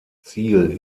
ziel